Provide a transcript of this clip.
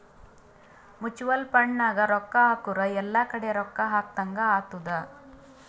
mutual fund ನಾಗ್ ರೊಕ್ಕಾ ಹಾಕುರ್ ಎಲ್ಲಾ ಕಡಿ ರೊಕ್ಕಾ ಹಾಕದಂಗ್ ಆತ್ತುದ್